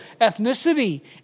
ethnicity